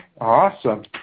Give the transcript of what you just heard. Awesome